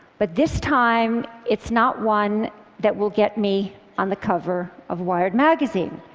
but this time it's not one that will get me on the cover of wired magazine.